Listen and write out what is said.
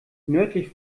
nördlich